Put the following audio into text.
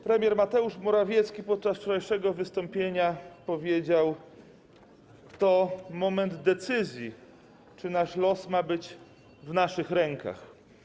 Premier Mateusz Morawiecki podczas wczorajszego wystąpienia powiedział: to moment decyzji, czy nasz los ma być w naszych rękach.